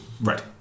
right